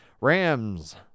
Rams